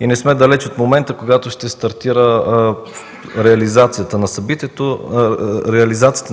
и не сме далеч от момента, когато ще стартира реализацията на